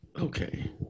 okay